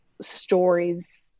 stories